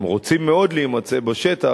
הם רוצים מאוד להימצא בשטח,